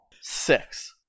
Six